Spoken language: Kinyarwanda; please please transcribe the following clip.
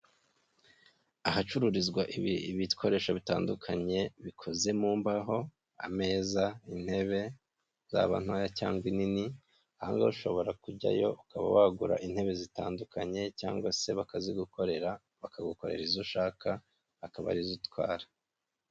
Ahacururizwa ibikoresho bitandukanye bikoze mu mbaho, ameza, intebe, zaba ntoya cyangwa inini, ahangaha ushobora kujyayo ukaba wagura intebe zitandukanye, cyangwa se bakazigukorera, bakagukorera izo ushaka akaba arizo utwara.